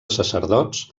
sacerdots